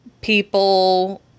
people